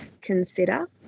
consider